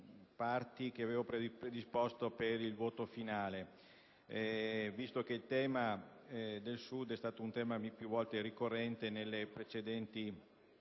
Grazie,